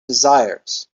desires